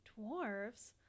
Dwarves